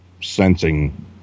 sensing